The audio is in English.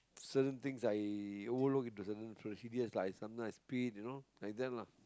certain things I overlook into certain procedures lah I sometimes I speed you know like that lah